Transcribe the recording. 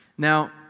Now